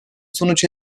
sonuç